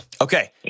Okay